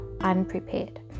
unprepared